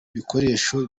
bikoresho